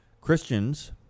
Christians